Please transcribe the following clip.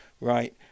right